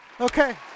Okay